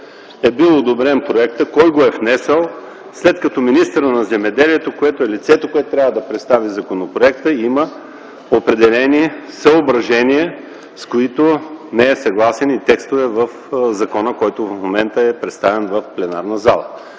е бил одобрен проектът. Кой го е внесъл, след като министърът на земеделието, който е лицето, което трябва да представи законопроекта, има определени съображения, и не е съгласен с текстове в закона, който в момента е представен в пленарната зала.